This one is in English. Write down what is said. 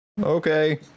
Okay